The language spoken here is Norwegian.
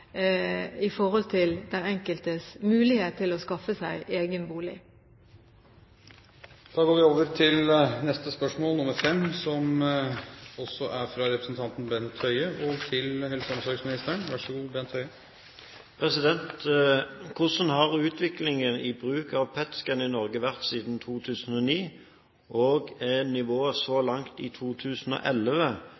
i forhold til den enkeltes mulighet til å skaffe seg egen bolig. «Hvordan har utviklingen i bruk av PET-scan i Norge vært siden 2009, og er nivået så